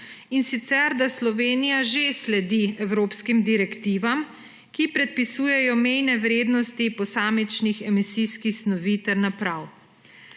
in sicer da Slovenija že sledi evropskim direktivam, ki predpisujejo mejne vrednosti posamičnih emisijskih snovi ter naprav.